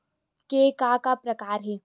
के का का प्रकार हे?